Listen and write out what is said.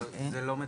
זה לא מדויק.